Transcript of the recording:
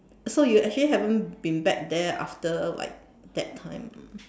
so you actually haven't been back there after like that time